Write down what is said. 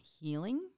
healing